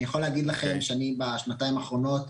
אני יכול להגיד לכם שאני בשנתיים האחרונות,